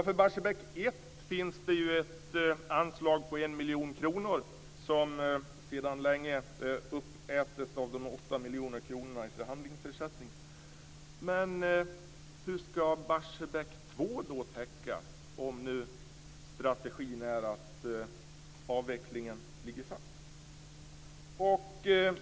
För Barsebäck 1 finns ett anslag på 1 miljon kronor som sedan länge är uppätet av de 8 miljoner kronorna i förhandlingsersättning. Men hur skall Barsebäck 2 täckas om nu strategin är att avvecklingen ligger fast?